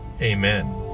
Amen